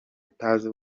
utazi